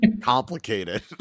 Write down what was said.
complicated